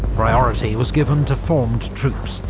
priority was given to formed troops,